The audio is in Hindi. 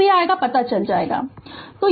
जो भी आयेगा पता चल जायेगा